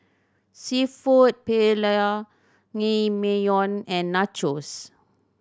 Seafood Paella Naengmyeon and Nachos